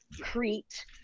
Crete